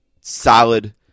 solid